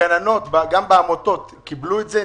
הגננות, גם בעמותות, קיבלו את זה?